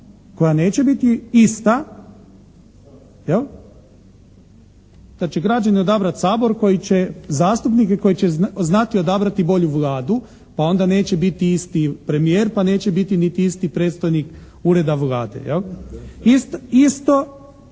koja neće biti ista jel', da će građani odabrati Sabor koji će zastupnike koji će znati odabrati bolju Vladu pa onda neće biti isti premijer pa neće biti niti isti predstojnik Ureda Vlade, jel'.